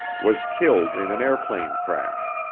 was killed in an airplane crash.